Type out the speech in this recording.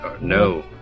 No